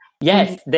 Yes